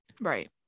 Right